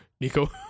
Nico